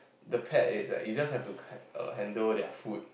the pet is like you just have to cut err handle their food